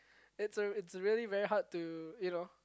it's a it's a really very hard to you know